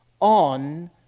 on